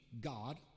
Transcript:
God